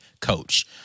coach